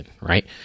right